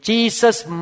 Jesus